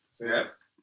yes